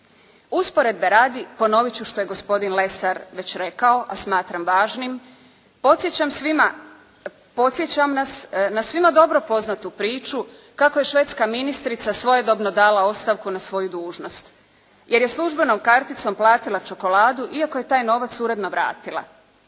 Usporedbe radi ponoviti ću ono što je gospodin Lesar već rekao, a smatram važnim. Podsjećam vas na svima dobro poznatu priču kako je švedska ministrica svojedobno dala ostavku na svoju dužnost, jer je službenom karticom platila čokoladu iako je taj novac uredno vratila.